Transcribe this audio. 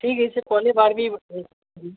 ठीक है इससे पहली बार भी